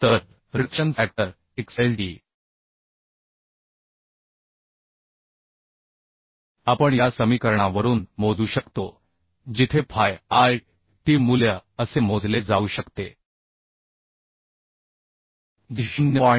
तर reduction factor xlt आपण या समीकरणा वरून मोजू शकतो जिथे phi lt मूल्य असे मोजले जाऊ शकते जे 0